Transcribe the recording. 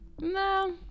No